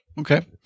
Okay